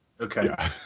Okay